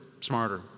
smarter